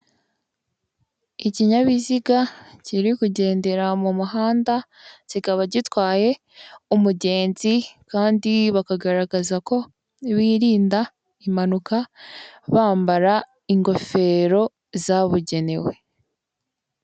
Ikinyabiziga kiri kugendera mu muhanda, kikaba gitwaye umugenzi kandi bakagaragaza ko birinda impanuka bambara ingofero zabugenewe.